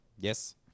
Yes